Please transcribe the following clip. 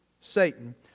Satan